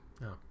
no